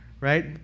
right